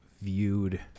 viewed